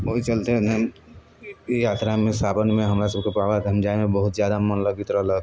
ओहि चलते ने ई यात्रामे सावनमे हमरासभके बाबाधाम जाइमे बहुत ज्यादा मन लगैत रहलक